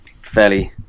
fairly